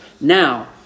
Now